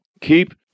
Keep